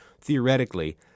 theoretically